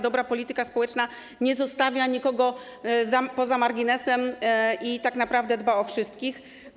Dobra polityka społeczna nie zostawia nikogo poza marginesem i tak naprawdę dba o wszystkich.